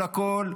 הכול,